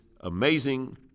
amazing